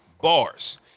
bars